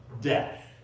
death